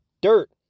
dirt